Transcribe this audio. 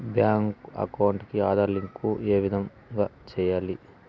Bank account కి Aadhaar link ఏ విధంగా సెయ్యాలి?